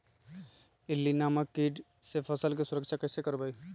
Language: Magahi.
इल्ली नामक किट से फसल के सुरक्षा कैसे करवाईं?